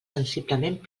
sensiblement